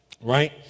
right